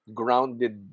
grounded